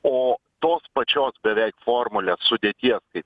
o tos pačios beveik formulės sudėties kaip